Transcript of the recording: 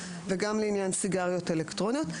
וגם לעניין סיגריות אלקטרוניות.